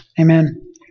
Amen